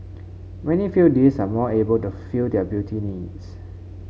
many feel these are more able to fulfil their beauty needs